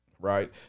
Right